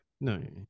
No